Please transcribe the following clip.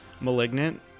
Malignant